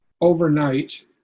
overnight